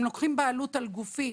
הם לוקחים בעלות על גופי,